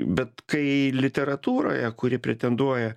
bet kai literatūroje kuri pretenduoja